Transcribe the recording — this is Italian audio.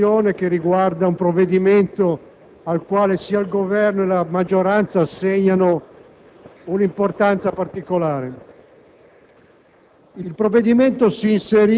per affrontare questa discussione, riguardante un provvedimento al quale sia il Governo, sia la maggioranza assegnano un'importanza particolare.